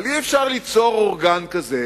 אבל אי-אפשר ליצור אורגן כזה,